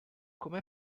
come